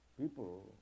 people